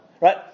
right